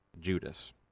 Judas